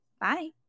Bye